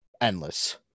endless